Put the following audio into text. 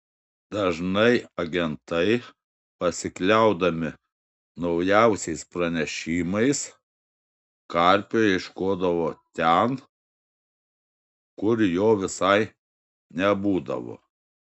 dažnai agentai pasikliaudami naujausiais pranešimais karpio ieškodavo ten kur jo visai nebūdavo